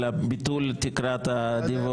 על ביטול תקרת הדיווח.